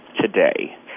today